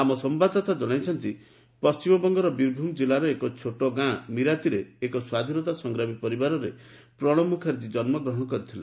ଆର୍ମ୍ୟ ସମ୍ଭାଦଦାତା ଜଣାଇଛନ୍ତି ପଶ୍ଚିମବଙ୍ଗର ବୀରଭୂମ୍ ଜିଲ୍ଲାର ଏକ ଛୋଟ ଗାଁ ମିରାତିରେ ଏକ ସ୍ୱାଧୀନତା ସଂଗ୍ରାମୀ ପରିବାରରେ ପ୍ରଣବ ମୁଖାର୍ଜୀ ଜନ୍ମ ଗ୍ରହଣ କରିଥିଲେ